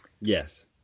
Yes